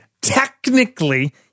technically